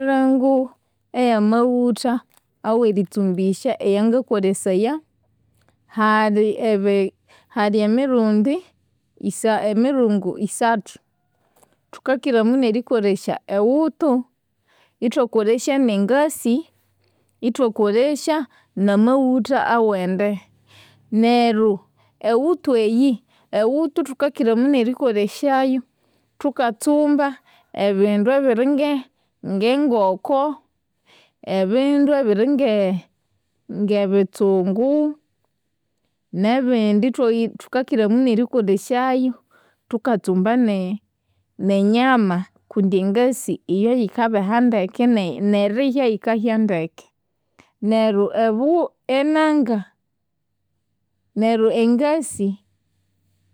Emiringo eyamaghutha aweritsumbisya eyangakolesaya, hali ebi- hali emirundi isa, hali emiringo isa- emiringo isathu. Thukakyiramunu erikolesya eghutu, ithwakolesya nengasi, ithwakolesya namaghutha awende. Neryo eghutu eyi, eghutu thukakyiramunu erikolesyayu thukatsumba ebindu ebiringe ngengoko, ebindu ebiringe ngebitsungu, nebindi thu- thukakyiramunu erikolesyayu thukatsumba ne- nemyama kundi engasi iyo yikabeha ndeke ne- nerihya yikahya ndeke. Neryo ebu- enanga, neryo engasi